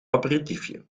aperitiefje